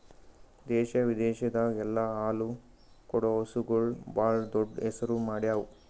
ದೇಶ ವಿದೇಶದಾಗ್ ಎಲ್ಲ ಹಾಲು ಕೊಡೋ ಹಸುಗೂಳ್ ಭಾಳ್ ದೊಡ್ಡ್ ಹೆಸರು ಮಾಡ್ಯಾವು